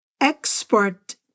expert